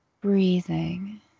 breathing